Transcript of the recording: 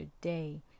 day